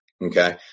Okay